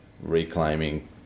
reclaiming